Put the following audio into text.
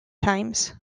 times